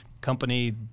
company